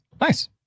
nice